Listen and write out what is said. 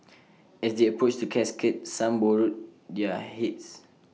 as they approached the casket some bowed their heads